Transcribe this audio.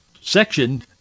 section